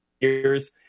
years